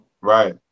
Right